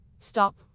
stop